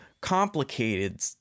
complicated